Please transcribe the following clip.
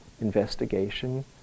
investigation